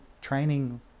training